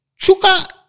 Chuka